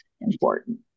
important